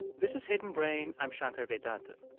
and this is hidden brain. i'm shankar vedantam.